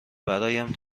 برایم